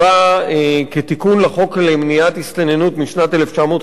כתיקון לחוק למניעת הסתננות משנת 1954,